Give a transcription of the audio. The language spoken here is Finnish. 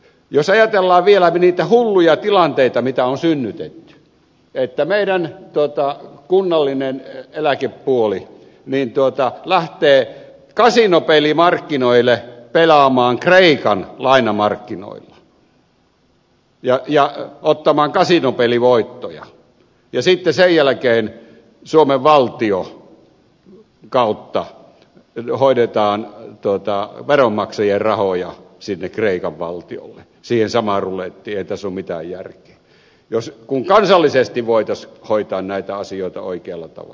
jos ajatellaan vielä niitä hulluja tilanteita mitä on synnytetty että meidän kunnallinen eläkepuoli lähtee kasinopelimarkkinoille pelaamaan kreikan lainamarkkinoilla ja ottamaan kasinopelivoittoja ja sitten sen jälkeen suomen valtion kautta hoidetaan veronmaksajien rahoja kreikan valtiolle siihen samaan rulettiin eihän tässä ole mitään järkeä kun kansallisesti voitaisiin hoitaa näitä asioita oikealla tavalla